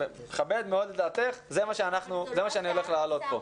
מכבד מאוד את דעתך, זה מה שאני הולך להעלות פה.